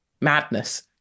Madness